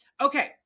Okay